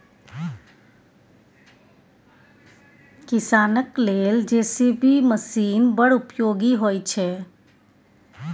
किसानक लेल JCB machine बड़ उपयोगी होइ छै